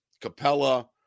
Capella